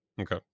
Okay